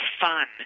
fun